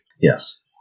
Yes